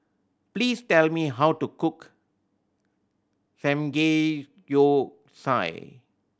please tell me how to cook Samgeyopsal